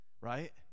right